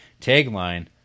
Tagline